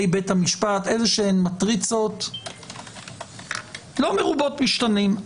בית המשפט מטריצות לא מרובות משתנים.